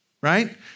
right